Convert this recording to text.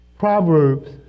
Proverbs